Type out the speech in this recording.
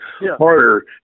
harder